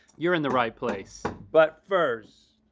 you're in the right place. but first,